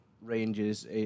Ranges